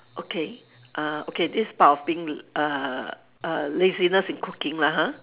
okay uh okay this is part of being err err laziness in cooking lah ha